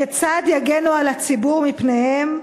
4. כיצד יגנו על הציבור מפניהם?